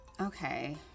Okay